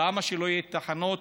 למה שלא יהיו תחנות,